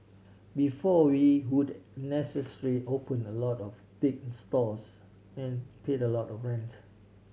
before we would necessarily opened a lot of big stores and paid a lot of rent